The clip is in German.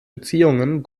beziehungen